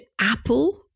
apple